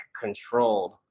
controlled